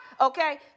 Okay